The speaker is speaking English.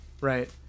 right